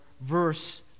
verse